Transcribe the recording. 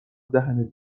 دهنت